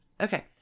Okay